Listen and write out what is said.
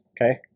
Okay